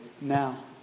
now